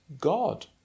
God